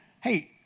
hey